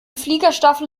fliegerstaffel